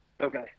Okay